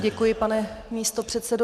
Děkuji, pane místopředsedo.